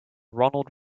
ronald